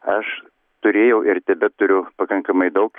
aš turėjau ir tebeturiu pakankamai daug